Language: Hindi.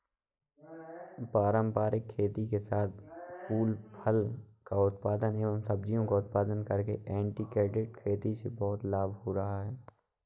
पारंपरिक खेती के साथ साथ फूल फल का उत्पादन एवं सब्जियों का उत्पादन करके इंटीग्रेटेड खेती से बहुत लाभ हो रहा है